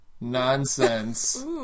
nonsense